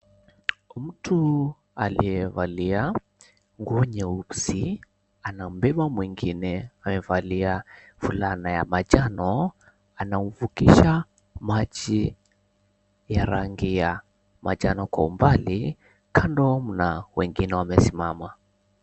Mtu aliyevalia nguo nyeusi anambeba mwengine amevalia fulana ya manjano anamvukisha maji ya rangi ya manjano kwa umbali kando mna wengine wamesimama.